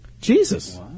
Jesus